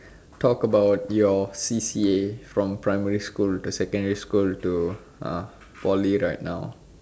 talk about your C_C_A from primary school to secondary school to uh Poly right now